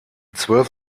zwölf